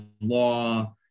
law